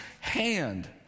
hand